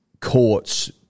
courts